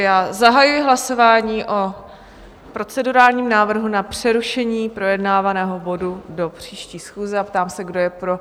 Zahajuji hlasování o procedurálním návrhu na přerušení projednávaného bodu do příští schůze a ptám se, kdo je pro?